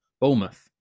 Bournemouth